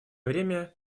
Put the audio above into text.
время